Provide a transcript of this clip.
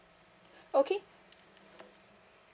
okay